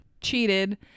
cheated